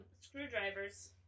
screwdrivers